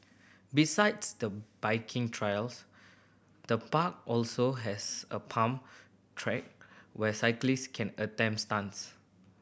besides the biking trails the park also has a pump track where cyclist can attempt stunts